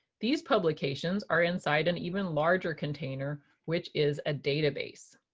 these publications are inside an even larger container which is a database.